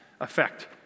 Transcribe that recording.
effect